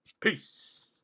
Peace